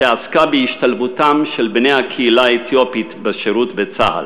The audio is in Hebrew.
שעסקה בהשתלבות בני הקהילה האתיופית בשירות בצה"ל.